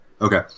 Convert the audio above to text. okay